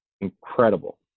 incredible